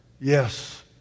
yes